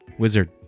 Wizard